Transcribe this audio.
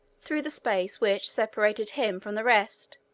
through the space which separated him from the rest,